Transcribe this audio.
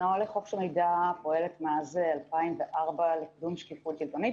התנועה לחופש המידע פועלת מאז 2004 לקידום שקיפות שלטונית